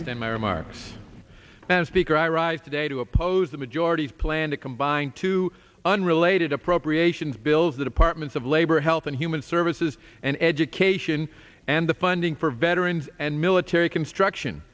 in my remarks and speaker i rise today to oppose the majority's plan to combine two unrelated appropriations bills the departments of labor health and human services and education and the funding for veterans and military construction